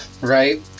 right